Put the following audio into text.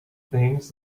things